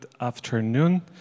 afternoon